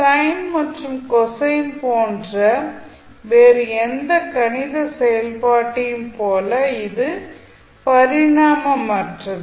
sign மற்றும் cosine போன்ற வேறு எந்த கணித செயல்பாட்டையும் போல இது பரிமாணமற்றது